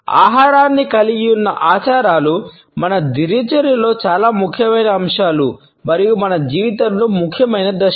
ఆహారాన్ని కలిగి ఉన్న ఆచారాలు మన దినచర్యలో చాలా ముఖ్యమైన అంశాలు మరియు మన జీవితంలో ముఖ్యమైన దశలు